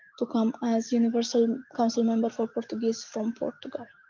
to come as universal council member for portuguese from portugal.